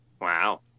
Wow